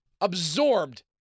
absorbed